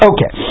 Okay